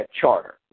charter